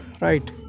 right